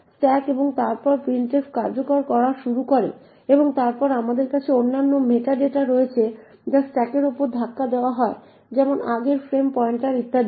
stack এবং তারপর printf কার্যকর করা শুরু করে এবং তারপরে আমাদের কাছে অন্যান্য মেটাডেটা রয়েছে যা স্ট্যাকের উপর ধাক্কা দেওয়া হয় যেমন আগের ফ্রেম পয়েন্টার ইত্যাদি